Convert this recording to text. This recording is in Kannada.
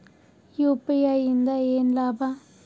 ಯು.ಪಿ.ಐ ಇಂದ ಏನ್ ಲಾಭ?